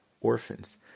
orphans